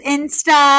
Insta